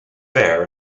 fair